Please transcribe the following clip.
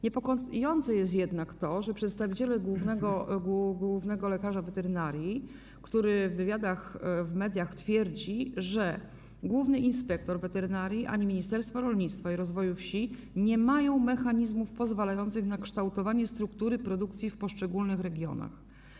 Niepokojące jest jednak to, że przedstawiciel głównego lekarza weterynarii w wywiadach w mediach twierdzi, że główny inspektor weterynarii ani Ministerstwo Rolnictwa i Rozwoju Wsi nie mają mechanizmów pozwalających na kształtowanie struktury produkcji w poszczególnych regionach.